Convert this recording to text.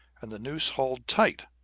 and the noose hauled tight.